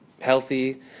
healthy